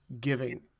giving